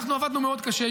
אנחנו עבדנו מאוד קשה.